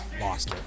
Lost